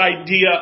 idea